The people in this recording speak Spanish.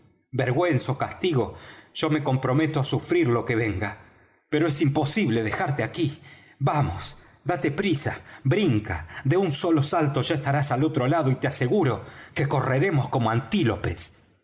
ó castigo yo me comprometo á sufrir lo que venga pero es imposible dejarte aquí vamos date prisa brinca de un solo salto ya estarás al otro lado y te aseguro que correremos como antílopes